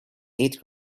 eighth